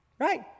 right